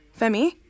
Femi